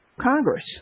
Congress